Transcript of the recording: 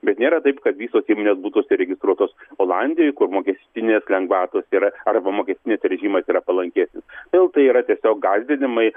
bet nėra taip kad visos įmonės būtų užsiregistruotos olandijoj kur mokestinės lengvatos yra arba mokestinis režimas yra palankesnis vėl tai yra tiesiog gąsdinimai